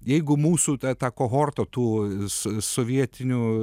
jeigu mūsų ta ta kohorta tų sovietinių